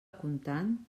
comptant